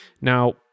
Now